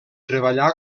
treballà